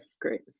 great